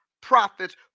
prophets